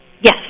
Yes